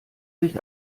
sich